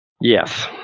yes